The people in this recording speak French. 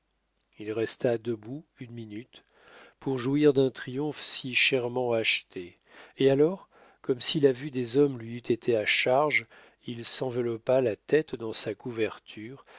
il resta debout une minute pour jouir d'un triomphe si chèrement acheté et alors comme si la vue des hommes lui eût été à charge il s'enveloppa la tête dans sa couverture